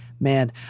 Man